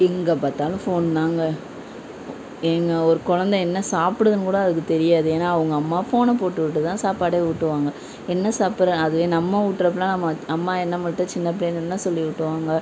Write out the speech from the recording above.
எங்கே பார்த்தாலும் ஃபோன் தாங்க ஏங்க ஒரு குலந்த என்ன சாப்பிடுதுன்னு கூட அதுக்கு தெரியாது ஏன்னா அவங்க அம்மா ஃபோனை போட்டுவிட்டு தான் சாப்பாடே ஊட்டுவாங்கள் என்ன சாப்பிட்ற அதுவே நம்ம ஊட்டுறப்பலாம் நம்ம அம்மா நம்மள்ட்ட சின்ன பிள்ளையில என்ன சொல்லி ஊட்டுவாங்கள்